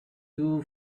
two